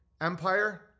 empire